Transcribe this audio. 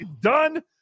done